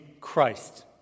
Christ